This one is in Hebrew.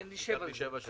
אנחנו נשב על זה.